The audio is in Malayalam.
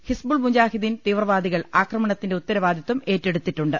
ഹിസ്ബുൾ മുജാഹിദീൻ തീവ്രവാദികൾ ആക്രമണത്തിന്റെ ഉത്തരവാദിത്വം ഏറ്റെടുത്തി ട്ടുണ്ട്